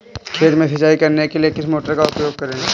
खेत में सिंचाई करने के लिए किस मोटर का उपयोग करें?